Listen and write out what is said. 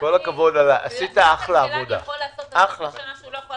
אומר שהוא מוכן